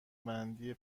بندی